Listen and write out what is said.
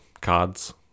cards